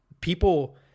people